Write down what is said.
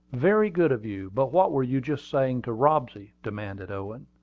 very good of you but what were you just saying to robsy? demanded owen.